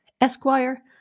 Esquire